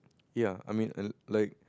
ya I mean and like